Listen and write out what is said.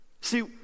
See